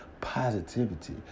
positivity